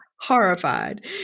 horrified